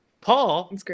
Paul